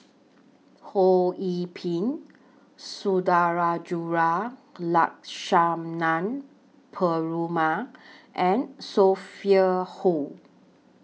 Ho Yee Ping Sundarajulu Lakshmana Perumal and Sophia Hull